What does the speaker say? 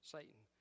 Satan